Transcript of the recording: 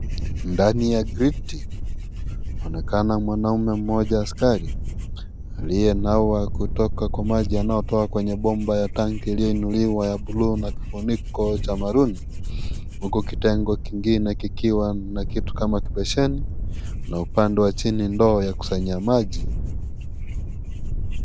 Ndani ya griti kunaonekana mwanaume mmoja askari aliyenawa kutoka kwa maji yanatoka kwa bomba ya tanki iliyoinuliwa ya bluu na kifunuko cha maruni huku kitengo kingine kikiwa na kitu kama besheni na upande wa chini ndoo ya kusanya maji.